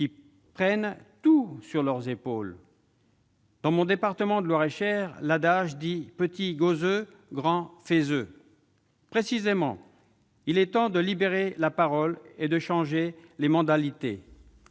qui prennent tout sur leurs épaules. Dans mon département de Loir-et-Cher, l'adage dit :« Petit causeux, grand faiseux. » Il est précisément temps de libérer la parole et de changer les mentalités